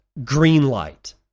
GreenLight